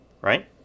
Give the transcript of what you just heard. right